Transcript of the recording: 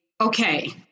okay